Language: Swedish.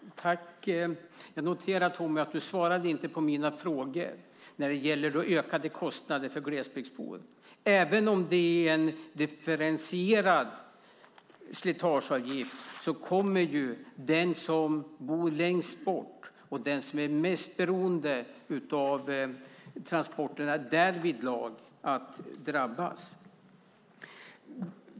Fru talman! Jag noterar att Tommy Waidelich inte svarade på mina frågor när det gäller ökade kostnader för glesbygdsbor. Även om det är en differentierad slitageavgift kommer ju den som bor längst bort och är mest beroende av transporterna därvidlag att drabbas.